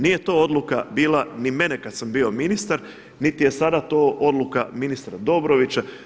Nije to odluka bila ni mene kad sam bio ministar, niti je sada to odluka ministra Dobrovića.